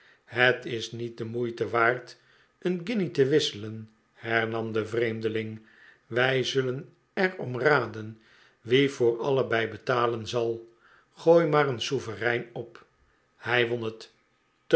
het is niet de moeite waard een guinje te wisselen hernam de vreemdeling lt wij zullen er ora raden wie voor allebei betalen zal gooi maar een souverein op hij